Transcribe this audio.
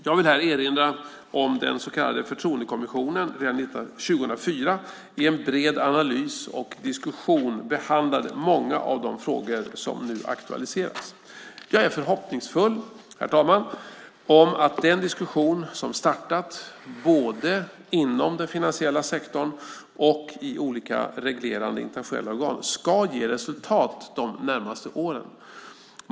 Jag vill här erinra om att den så kallade Förtroendekommissionen redan 2004 i en bred analys och diskussion behandlade många av de frågor som nu aktualiseras. Jag är förhoppningsfull, herr talman, om att den diskussion som startat både inom den finansiella sektorn och i olika reglerande internationella organ ska ge resultat de närmaste åren.